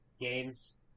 games